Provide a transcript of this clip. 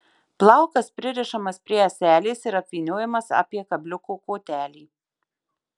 plaukas pririšamas prie ąselės ir apvyniojamas apie kabliuko kotelį